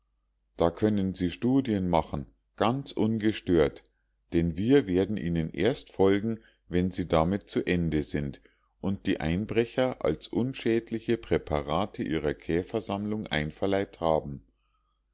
da können sie studien machen ganz ungestört denn wir werden ihnen erst folgen wenn sie damit zu ende sind und die einbrecher als unschädliche präparate ihrer käfersammlung einverleibt haben